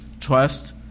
trust